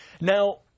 Now –